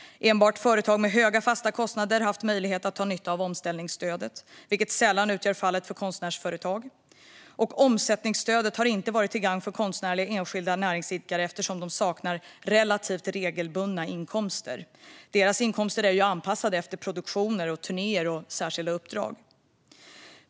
Enbart företag med höga fasta kostnader har haft möjlighet att dra nytta av omställningsstödet, vilket sällan är fallet för konstnärsföretag. Omsättningsstödet har inte varit till gagn för konstnärliga enskilda näringsidkare, eftersom de saknar relativt regelbundna inkomster. Deras inkomster är ju anpassade efter produktioner, turnéer och särskilda uppdrag.